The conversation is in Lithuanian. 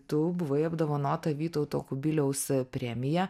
tu buvai apdovanota vytauto kubiliaus premija